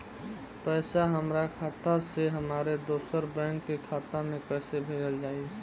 पैसा हमरा खाता से हमारे दोसर बैंक के खाता मे कैसे भेजल जायी?